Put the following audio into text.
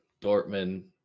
Dortmund